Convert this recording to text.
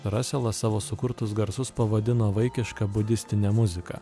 raselas savo sukurtus garsus pavadino vaikiška budistine muzika